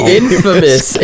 infamous